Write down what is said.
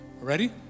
Ready